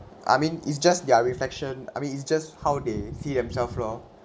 I mean it's just their reflection I mean it's just how they see himself lor